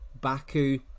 Baku